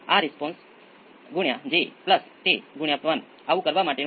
તેથી હું તે અહીં કરવા માંગતો નથી